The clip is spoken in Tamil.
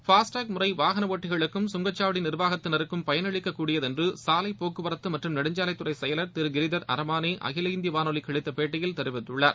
பாஸ்டேக் முறை வாகன இட்டிகளுக்கும் கங்கச்சாவடி நிர்வாகத்தினருக்கும் பயன் அளிக்கக்கூடியது என்று சாலை போக்குவரத்து மற்றும் நெடுஞ்சாலைத்துறை செயலர் திரு கிரிதர் அரமானே அகில இந்திய வாளொலிக்கு அளித்த பேட்டியில் தெரிவித்துள்ளார்